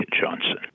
Johnson